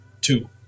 Two